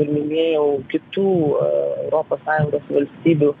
ir minėjau kitų europos sąjungos valstybių